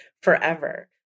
forever